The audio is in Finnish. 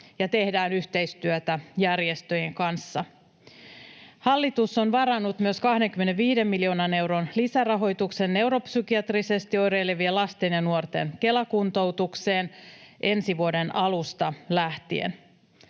ja tehdään yhteistyötä järjestöjen kanssa. Hallitus on varannut myös 25 miljoonan euron lisärahoituksen neuropsykiatrisesti oireilevien lasten ja nuorten Kela-kuntoutukseen ensi vuoden alusta lähtien.